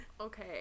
Okay